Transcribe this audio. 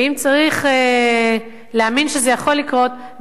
ואם צריך להאמין שזה יכול לקרות,